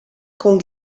con